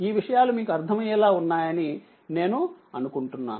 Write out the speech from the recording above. ఈ విషయాలు మీకు అర్థమయ్యేలా ఉన్నాయని నేను అనుకుంటున్నాను